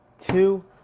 two